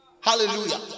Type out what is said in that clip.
Hallelujah